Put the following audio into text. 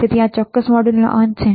તેથી આ ચોક્કસ મોડ્યુલનો અંત છે